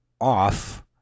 off